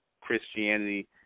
Christianity